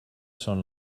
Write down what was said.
són